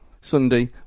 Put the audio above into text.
Sunday